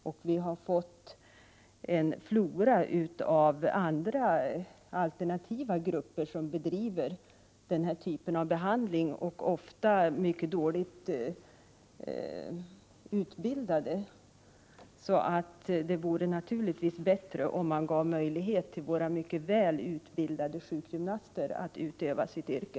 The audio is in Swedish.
Det har också tillkommit en flora av alternativa grupper som utför denna typ av behandlingar. Dessa grupper är ofta mycket dåligt utbildade. Det vore därför naturligtvis bättre om man gav våra mycket väl utbildade sjukgymnaster möjlighet att utöva sitt yrke.